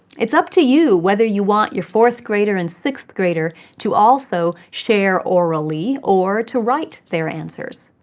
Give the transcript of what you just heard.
it's up to you whether you want your fourth grader and sixth grader to also share orally or to write their answers.